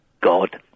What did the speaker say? God